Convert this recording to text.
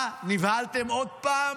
מה, נבהלתם עוד פעם?